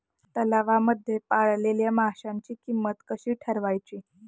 तलावांमध्ये पाळलेल्या माशांची किंमत कशी ठरवायची?